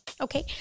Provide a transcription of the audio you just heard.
Okay